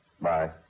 Bye